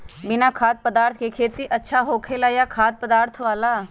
बिना खाद्य पदार्थ के खेती अच्छा होखेला या खाद्य पदार्थ वाला?